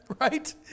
Right